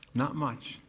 not much.